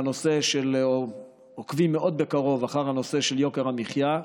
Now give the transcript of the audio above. אנחנו עוקבים מאוד מקרוב אחר הנושא של יוקר המחיה.